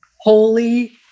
holy